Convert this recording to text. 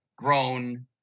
grown